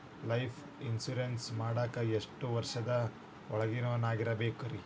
Life insurance ಮಾಡಾಕ ಎಷ್ಟು ವರ್ಷದ ಒಳಗಿನವರಾಗಿರಬೇಕ್ರಿ?